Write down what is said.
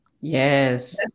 Yes